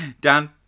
Dan